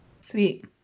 Sweet